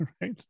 Right